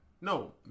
No